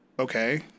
okay